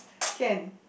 can